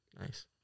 Nice